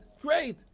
Great